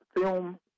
film